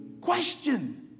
question